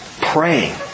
Praying